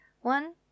One